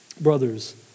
Brothers